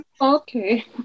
Okay